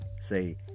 Say